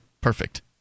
perfect